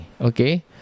okay